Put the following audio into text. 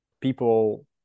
People